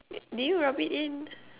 did you rub it in